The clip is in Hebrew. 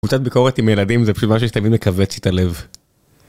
קבוצת ביקורת עם ילדים זה פשוט משהו שתמיד מכווץ את הלב.